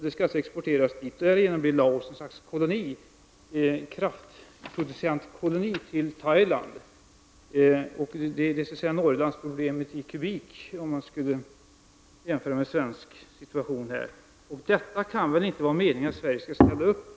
Därigenom blir Laos ett slags kraftproducentskoloni till Thailand. Det är ett Norrlandsproblem i kubik, om man nu skall jämföra med situationen i Sverige. Detta kan det väl inte vara meningen att Sverige skall ställa upp på.